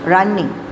Running